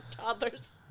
toddlers